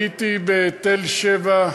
הייתי בתל-שבע,